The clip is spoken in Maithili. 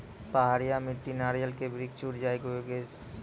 पहाड़िया मिट्टी नारियल के वृक्ष उड़ जाय योगेश?